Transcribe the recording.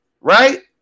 right